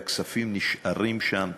והכספים נשארים שם תקועים,